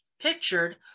pictured